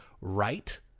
right